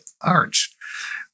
arch